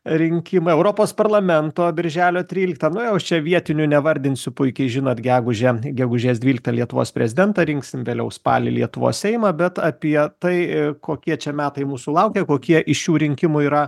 rinkimai europos parlamento birželio tryliktą nu jau čia vietinių nevardinsiu puikiai žinot gegužę gegužės dvyliktą lietuvos prezidentą rinksim vėliau spalį lietuvos seimą bet apie tai kokie čia metai mūsų laukia kokie iš šių rinkimų yra